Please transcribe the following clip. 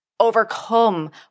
overcome